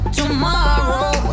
tomorrow